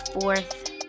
fourth